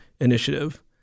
initiative